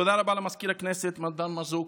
תודה רבה למזכיר הכנסת, מר דן מרזוק,